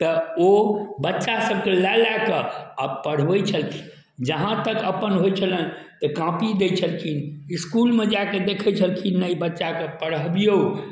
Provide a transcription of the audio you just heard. तऽ ओ बच्चा सबके लै लै के आ पढ़बै छलखिन जहाँ तक अपन होइ छलै तऽ कापी दै छलखिन इसकुलमे जाके देखै छलखिन अय बच्चाके पढेबियौ